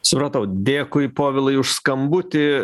supratau dėkui povilui už skambutį